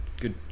good